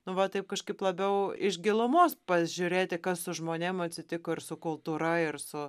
nu va taip kažkaip labiau iš gilumos pažiūrėti kas su žmonėm atsitiko ir su kultūra ir su